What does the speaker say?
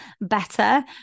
better